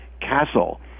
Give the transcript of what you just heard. castle